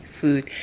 food